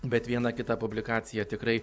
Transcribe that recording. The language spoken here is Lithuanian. bet vieną kitą publikaciją tikrai